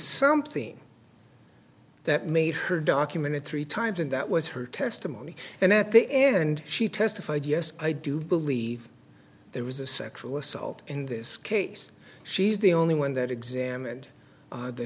something that made her documented three times and that was her testimony and at the end she testified yes i do believe there was a sexual assault in this case she's the only one that exam